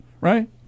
Right